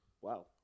Wow